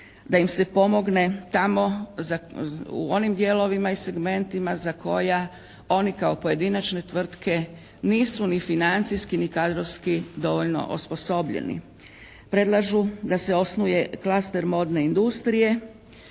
da im se pomogne tamo, u onim dijelovima i segmentima za koja oni kao pojedinačne tvrtke nisu ni financijski ni kadrovski dovoljno osposobljeni. Predlažu da se osnuje klaster modne industrije,